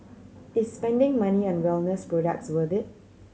is spending money on wellness products worth it